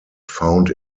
found